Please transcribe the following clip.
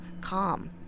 calm